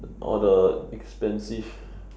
all the expensive